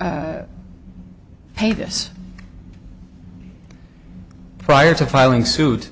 pay this prior to filing suit